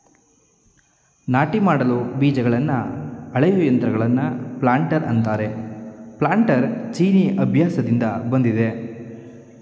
ನಾಟಿ ಮಾಡಲು ಬೀಜಗಳನ್ನ ಅಳೆಯೋ ಯಂತ್ರಗಳನ್ನ ಪ್ಲಾಂಟರ್ ಅಂತಾರೆ ಪ್ಲಾನ್ಟರ್ ಚೀನೀ ಅಭ್ಯಾಸ್ದಿಂದ ಬಂದಯ್ತೆ